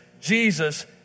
Jesus